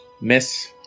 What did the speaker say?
miss